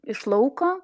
iš lauko